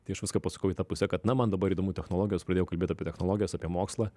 tai aš viską pasukau į tą pusę kad na man dabar įdomu technologijos pradėjau kalbėt apie technologijas apie mokslą